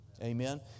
Amen